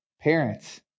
Parents